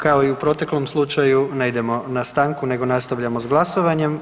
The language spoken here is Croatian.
Kao i u proteklom slučaju ne idemo na stanku nego nastavljamo s glasovanjem.